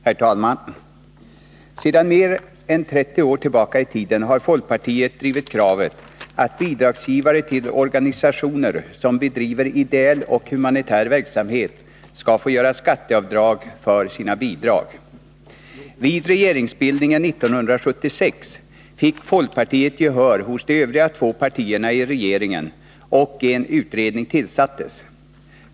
Herr talman! Sedan mer än 30 år tillbaka i tiden har folkpartiet drivit kravet att bidragsgivare till organisationer som bedriver ideell och humanitär verksamhet skall få göra skatteavdrag för sina bidrag. Vid regeringsbildningen 1976 fick folkpartiet gehör hos de övriga två partierna i regeringen, och en utredning tillsattes.